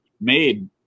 made